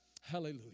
Hallelujah